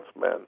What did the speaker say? men